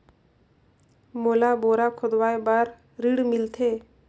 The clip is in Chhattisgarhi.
मोला बोरा खोदवाय बार ऋण मिलथे?